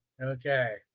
okay